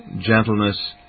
gentleness